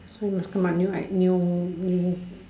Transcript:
we must come out like new new